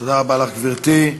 תודה רבה לך, גברתי.